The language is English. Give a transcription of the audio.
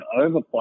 overplay